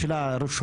יש לה רשימה,